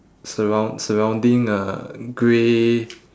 surroun~ surrounding uh grey